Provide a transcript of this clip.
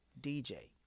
DJ